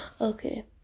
okay